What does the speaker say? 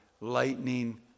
lightning